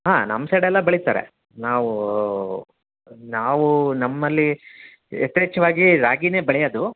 ಹಾಂ ನಮ್ಮ ಸೈಡೆಲ್ಲ ಬೆಳಿತಾರೆ ನಾವು ನಾವು ನಮ್ಮಲ್ಲಿ ಯಥೇಚ್ಛವಾಗಿ ರಾಗಿಯೇ ಬೆಳ್ಯೋದು